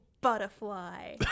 Butterfly